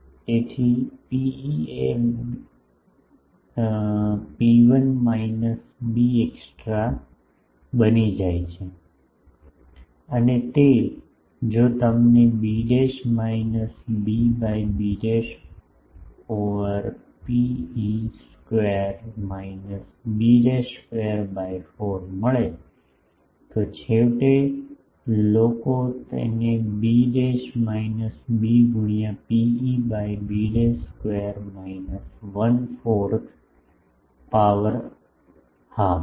તેથી Pe એ ρ1 minus b extra બની જાય છે અને તે જો તમને b minus b by b over ρe square minus b square by 4 મળે તો છેવટે લોકો તેને બી માયનસ બી ગુણ્યાં ρe by b square minus 1 fourth power અડધા